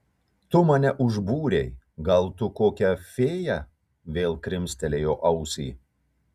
tu mane užbūrei gal tu kokia fėja vėl krimstelėjo ausį